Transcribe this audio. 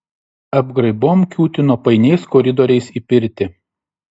apgraibom kiūtino painiais koridoriais į pirtį